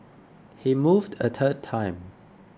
he moved a third time